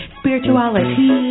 spirituality